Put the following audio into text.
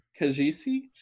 Kajisi